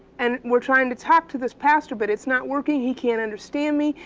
and we're trying to talk to this pastor, but it's not working, he can't understand me.